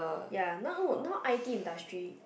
ya now now I_T industry